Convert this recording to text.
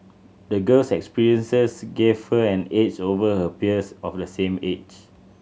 the girl's experiences gave her an edge over her peers of the same age